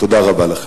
תודה רבה לכם.